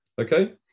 Okay